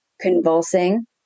convulsing